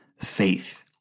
faith